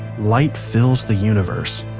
light fills the universe,